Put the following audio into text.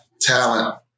talent